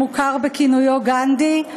המוכר בכינויו גנדי.